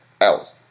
else